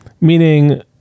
meaning